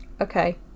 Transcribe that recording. Okay